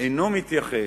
אינו מתייחס,